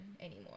anymore